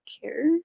care